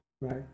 right